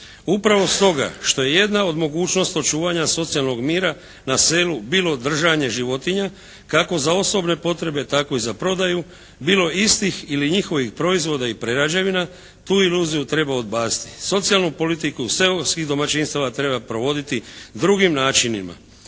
Upravo stoga što je jedna od mogućnosti očuvanja socijalnog mira na selu bilo držanje životinja kako za osobne potrebe tako i za prodaju, bilo istih ili njihovih proizvoda ili prerađevina tu iluziju treba odbaciti. Socijalnu politiku seoskih domaćinstava treba provoditi drugim načinima,